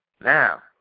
Now